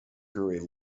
grew